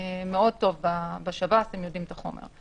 טוב מאוד בשב"ס, הם יודעים את החומר.